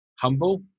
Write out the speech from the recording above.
Humble